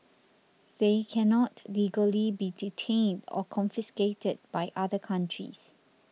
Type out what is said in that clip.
they cannot legally be detained or confiscated by other countries